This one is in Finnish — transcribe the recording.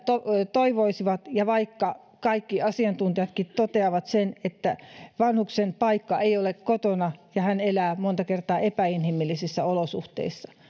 toivoisivat ja vaikka kaikki asiantuntijatkin toteavat että vanhuksen paikka ei ole kotona ja hän elää monta kertaa epäinhimillisissä olosuhteissa